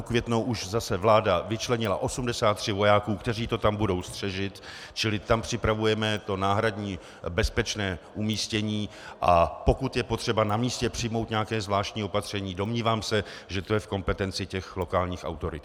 Na Květnou už zase vláda vyčlenila 83 vojáků, kteří to tam budou střežit, čili tam připravujeme náhradní bezpečné umístění, a pokud je potřeba na místě přijmout nějaké zvláštní opatření, domnívám se, že to je v kompetenci lokálních autorit.